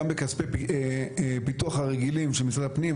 גם בכספי הפיתוח הרגילים של משרד הפנים,